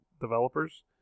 developers